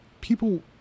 people